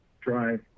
drive